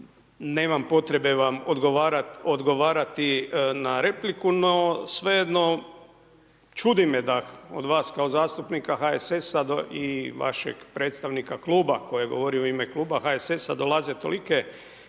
nemam potrebe vam odgovarati na repliku no svejedno, čudi me da od vas kao zastupnika HSS-a i vašeg predstavnika kluba koji govori u ime kluba HSS-a, dolaze tolike